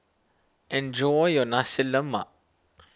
enjoy your Nasi Lemak